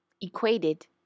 Equated